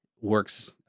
works